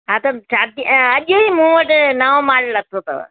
हा त चवां थी अॼु ई मूं वटि नओं माल लथो अथव